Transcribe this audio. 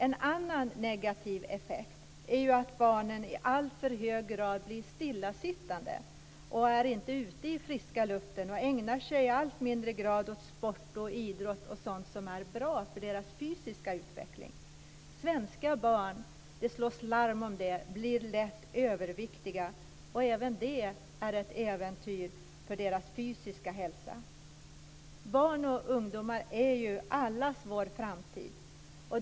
En annan negativ effekt är att barnen i allt för hög grad blir stillasittande, att de inte är ute i friska luften och att de i allt mindre grad ägnar sig åt sport och idrott och sådant som är bra för deras fysiska utveckling. Det slås larm om att svenska barn lätt blir överviktiga, och även det äventyrar deras fysiska hälsa. Barn och ungdomar är ju allas vår framtid.